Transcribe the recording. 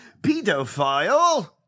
Pedophile